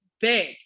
big